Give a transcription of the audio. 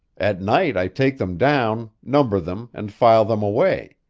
at night i take them down, number them, and file them away.